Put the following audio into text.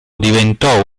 diventò